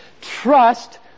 trust